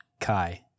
Kai